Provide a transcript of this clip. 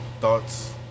thoughts